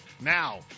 Now